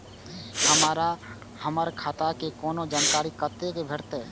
हमरा हमर खाता के कोनो जानकारी कतै भेटतै?